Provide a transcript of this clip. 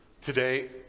Today